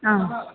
आम्